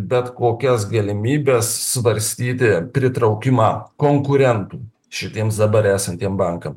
bet kokias galimybes svarstyti pritraukimą konkurentų šitiems dabar esantiem bankam